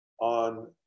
on